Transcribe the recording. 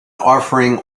offering